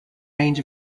range